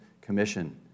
commission